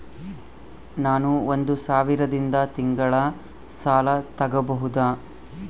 ನಾನು ಒಂದು ಸಾವಿರದಿಂದ ತಿಂಗಳ ಸಾಲ ತಗಬಹುದಾ?